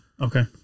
Okay